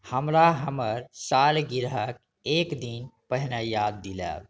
हमरा हमर सालगिरह एक दिन पहिने याद दिलायब